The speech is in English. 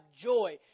joy